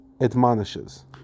admonishes